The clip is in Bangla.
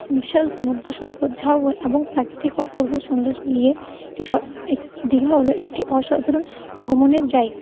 বিশাল সমুদ্র সৈকত ঝাউ এবং প্রাকৃতিক অপূর্ব সৌন্দর্য মিলিয়ে একটি স দীঘা হল একটি অসাধারণ ভ্রমণের জায়গা